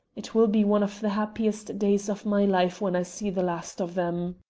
it will be one of the happiest days of my life when i see the last of them.